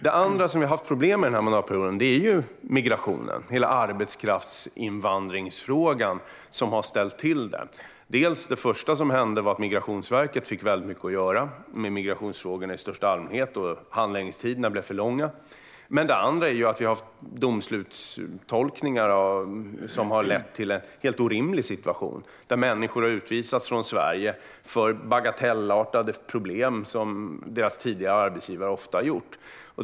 Det andra som vi har haft problem med under mandatperioden är migrationen eller arbetskraftsinvandringsfrågan, som har ställt till det. Det första som hände var att Migrationsverket fick väldigt mycket att göra med migrationsfrågorna i största allmänhet. Handläggningstiderna blev för långa. Det andra är att vi har domslutstolkningar som har lett till en helt orimlig situation där människor har utvisats från Sverige för bagatellartade problem med något som deras tidigare arbetsgivare har gjort.